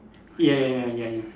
ya ya ya ya ya